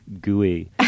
Gooey